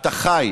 אתה חי,